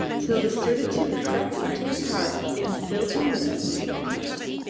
till the certitude crept into his heart and filled him with a great peace.